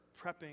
prepping